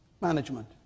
management